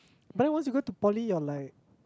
then you went to poly you're like